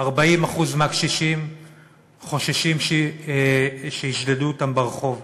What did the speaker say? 40% מהקשישים חוששים שישדדו אותם ברחוב,